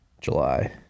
July